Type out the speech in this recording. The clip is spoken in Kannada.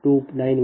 2916 0